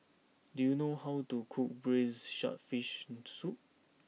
do you know how to cook Braised Shark Fin Soup